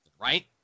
right